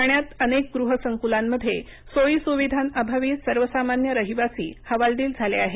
ठाण्यात अनेक गृह संक्लांमध्ये सोयी स्विधांअभावी सर्वसामान्य रहिवासी हवालदिल झाले आहेत